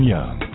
Young